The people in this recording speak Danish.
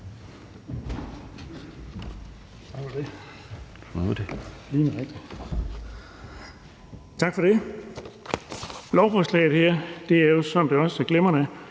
Tak for det. Lovforslaget her handler, som det også glimrende